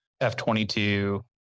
F-22